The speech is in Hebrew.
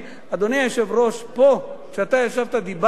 אדוני היושב-ראש, פה, כשאתה ישבת, דיברתי,